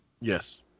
Yes